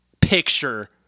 picture